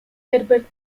herbert